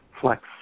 flex